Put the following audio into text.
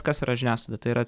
kas yra žiniasklaida tai yra